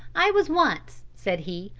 i was once said he,